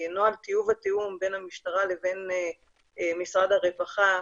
טיוב התיאום בין המשטרה לבין משרד הרווחה,